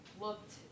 looked